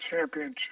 Championship